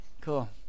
Cool